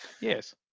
Yes